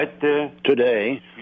Today